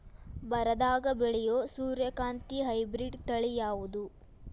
ಬರದಾಗ ಬೆಳೆಯೋ ಸೂರ್ಯಕಾಂತಿ ಹೈಬ್ರಿಡ್ ತಳಿ ಯಾವುದು?